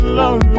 love